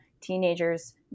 teenagers